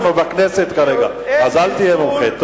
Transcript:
אנחנו בכנסת כרגע, אז אל תהיה מומחה.